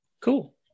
Cool